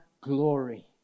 glory